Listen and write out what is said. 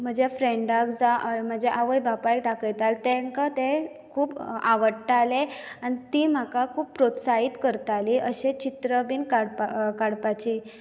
म्हजे फ्रेंडाक जावं म्हजें आवयक बापायक दाखयताले तेंकां तें खूब आवडटालें आनी तीं म्हाका खूब प्रोत्साहीत करतालीं अशें चित्र बी काडपाक काडपाची